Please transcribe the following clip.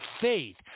faith